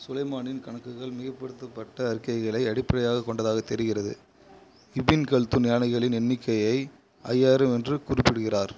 சுலைமானின் கணக்குகள் மிகைப்படுத்தப்பட்ட அறிக்கைகளை அடிப்படையாகக் கொண்டதாகத் தெரிகிறது இபின் கல்துன் யானைகளின் எண்ணிக்கையை ஐயாயிரம் என்று குறிப்பிடுகிறார்